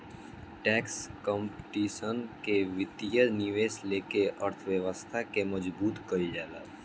tax competition से वित्तीय निवेश लेके अर्थव्यवस्था के मजबूत कईल जाला